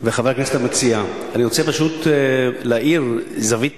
וחבר הכנסת המציע, אני מבקש להאיר זווית